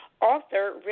author